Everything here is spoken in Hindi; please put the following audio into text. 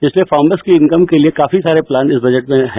इसलिए फामर्स की इनकम के लिए काफी सारे प्लान इस बजट में हैं